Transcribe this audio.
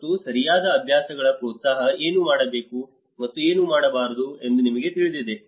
ಮತ್ತು ಸರಿಯಾದ ಅಭ್ಯಾಸಗಳ ಪ್ರೋತ್ಸಾಹ್ ಏನು ಮಾಡಬೇಕು ಮತ್ತು ಏನು ಮಾಡಬಾರದು ಎಂದು ನಿಮಗೆ ತಿಳಿದಿದೆ